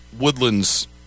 Woodland's